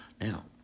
Now